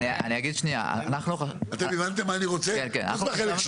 אבל אנחנו צריכים לקבל החלטה,